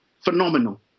phenomenal